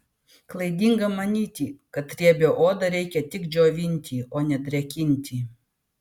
klaidinga manyti kad riebią odą reikia tik džiovinti o ne drėkinti